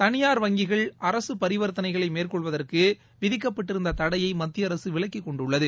தனியார் வங்கிகள் அரசு பரிவர்த்தனைகளை மேற்கொள்வதற்கு விதிக்கப்பட்டிருந்த தடையை மத்திய அரசு விலக்கிக் கொண்டுள்ளது